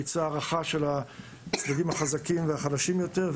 ביצעה הערכה של הצדדים החזקים והחלשים יותר,